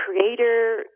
creator